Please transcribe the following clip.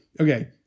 okay